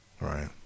right